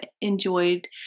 enjoyed